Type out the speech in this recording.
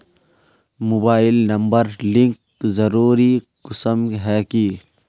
Mobile number link जरुरी कुंसम है की?